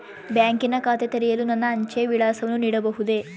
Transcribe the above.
ಬ್ಯಾಂಕಿನ ಖಾತೆ ತೆರೆಯಲು ನನ್ನ ಅಂಚೆಯ ವಿಳಾಸವನ್ನು ನೀಡಬಹುದೇ?